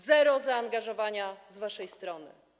Zero zaangażowania z waszej strony.